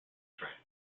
track